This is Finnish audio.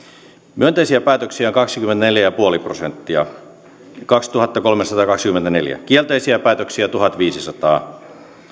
myönteisiä päätöksiä on kaksikymmentäneljä pilkku viisi prosenttia kaksituhattakolmesataakaksikymmentäneljä kielteisiä päätöksiä tuhatviisisataa